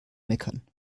meckern